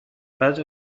بعضی